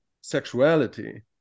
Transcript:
sexuality